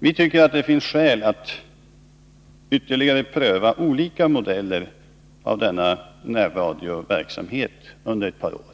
Det finns därför skäl att ytterligare pröva olika modeller av denna närradioverksamhet under ett par år